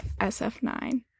SF9